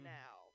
now